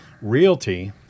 realty